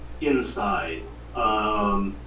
inside